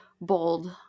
bold